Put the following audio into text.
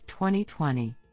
2020